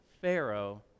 Pharaoh